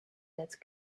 that